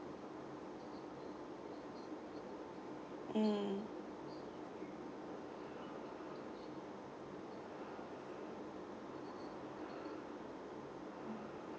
mm